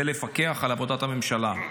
וזה לפקח על עבודת הממשלה.